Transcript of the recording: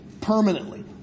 permanently